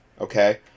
okay